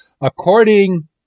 according